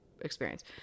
experience